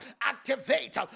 Activate